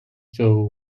jaw